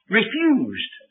refused